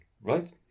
Right